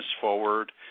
forward